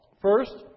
First